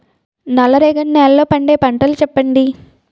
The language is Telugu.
నల్ల రేగడి నెలలో పండే పంటలు చెప్పండి?